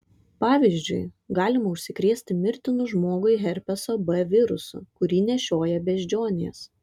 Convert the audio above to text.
pavyzdžiui galima užsikrėsti mirtinu žmogui herpeso b virusu kurį nešioja beždžionės